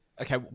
Okay